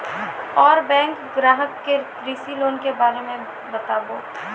और बैंक ग्राहक के कृषि लोन के बारे मे बातेबे?